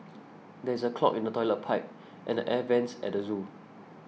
there is a clog in the Toilet Pipe and the Air Vents at the zoo